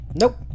nope